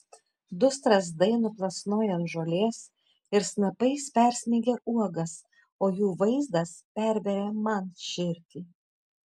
du strazdai nuplasnoja ant žolės ir snapais persmeigia uogas o jų vaizdas perveria man širdį